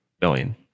billion